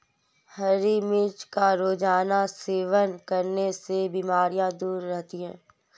हरी मिर्च का रोज़ाना सेवन करने से बीमारियाँ दूर रहती है